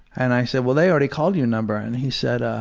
and i said, well they already called your number. and he said, ah